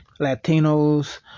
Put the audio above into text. Latinos